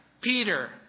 Peter